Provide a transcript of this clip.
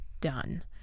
done